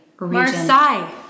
Marseille